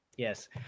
Yes